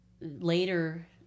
later